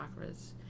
chakras